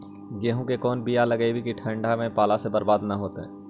गेहूं के कोन बियाह लगइयै कि ठंडा में पाला से बरबाद न होतै?